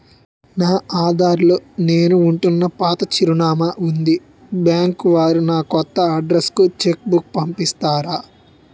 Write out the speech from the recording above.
నా ఆధార్ లో నేను ఉంటున్న పాత చిరునామా వుంది బ్యాంకు వారు నా కొత్త అడ్రెస్ కు చెక్ బుక్ పంపిస్తారా?